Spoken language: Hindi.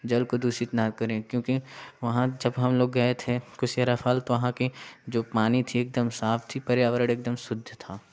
जल प्रदूषित ना करें क्योंकि वहाँ जब हम लोग गए थे कुसेरा फाल तो वहाँ की जो पानी थी एकदम साफ थी पर्यावरण एकदम शुद्ध था